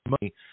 money